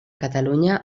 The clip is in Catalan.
catalunya